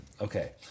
Okay